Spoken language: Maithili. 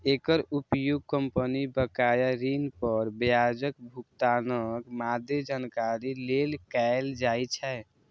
एकर उपयोग कंपनी बकाया ऋण पर ब्याजक भुगतानक मादे जानकारी लेल कैल जाइ छै